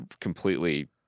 completely